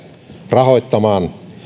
rahoittamaan